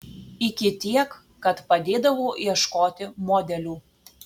iki tiek kad padėdavau ieškoti modelių